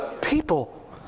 People